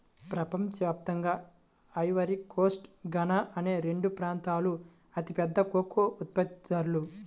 ప్రపంచ వ్యాప్తంగా Ivory Coast, Ghana అనే రెండు ప్రాంతాలూ అతిపెద్ద కోకో ఉత్పత్తిదారులు